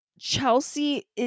Chelsea